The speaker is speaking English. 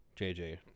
JJ